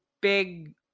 big